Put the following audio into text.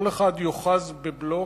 כל אחד יאחז בבלוק,